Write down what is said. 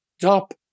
top